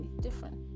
different